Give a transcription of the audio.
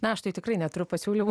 na aš tai tikrai neturiu pasiūlymų